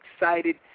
excited